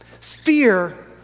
Fear